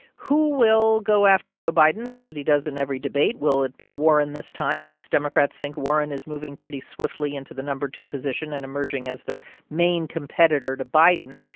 who will go after joe biden? somebody does in every debate. will it be warren this time? most democrats think warren is moving pretty swiftly into the number-two position and emerging as the main competitor to biden.